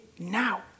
now